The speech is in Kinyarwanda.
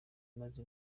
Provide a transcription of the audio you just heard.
maze